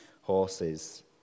horses